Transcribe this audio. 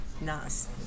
Nas